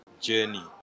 journey